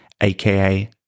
aka